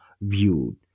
viewed